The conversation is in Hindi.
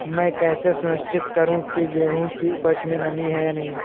मैं कैसे सुनिश्चित करूँ की गेहूँ की उपज में नमी है या नहीं?